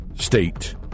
state